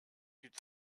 good